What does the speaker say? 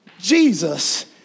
Jesus